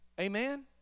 Amen